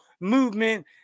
movement